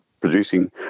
producing